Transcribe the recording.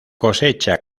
cosecha